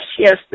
yes